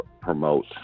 promote